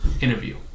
interview